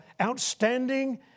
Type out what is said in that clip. outstanding